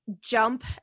jump